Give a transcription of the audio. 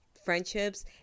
friendships